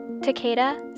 Takeda